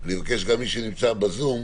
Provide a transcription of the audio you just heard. נשמע את ההערות